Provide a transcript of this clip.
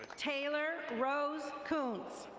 taylor rose koontz.